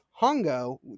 hongo